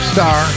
Star